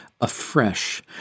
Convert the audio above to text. afresh